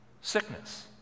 sickness